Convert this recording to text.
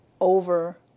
over